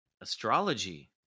Astrology